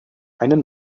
einen